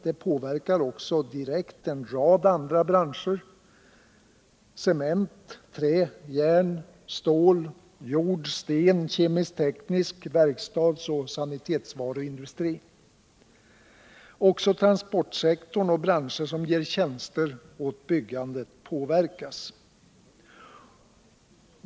Det påverkar också direkt en rad andra branscher —cement-, trä-, järn-, stål-, jord-, sten-, kemisk-teknisk, verkstadsoch sanitetsvaruindustri. Också transportsektorn och branscher som ger tjänster åt byggandet påverkas.